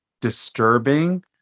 disturbing